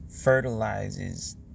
fertilizes